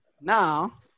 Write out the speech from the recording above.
Now